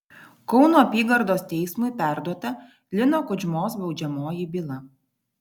kauno apygardos teismui perduota lino kudžmos baudžiamoji byla